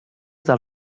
del